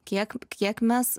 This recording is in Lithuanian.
kiek kiek mes